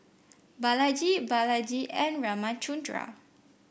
Balaji Balaji and Ramchundra